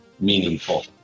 meaningful